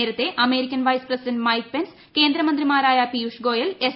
നേരത്തെ American vice president Mike Pence കേന്ദ്രമന്ത്രിമാരായ Piyush Goyal S